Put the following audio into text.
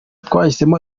twahisemo